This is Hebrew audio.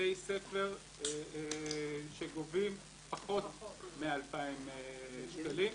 בתי ספר שגובים פחות מ-2,000 שקלים,